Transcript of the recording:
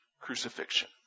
crucifixion